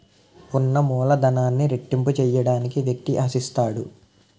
ఉన్న మూలధనాన్ని రెట్టింపు చేయడానికి వ్యక్తి ఆశిస్తాడు